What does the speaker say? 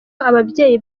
ababyeyi